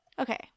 Okay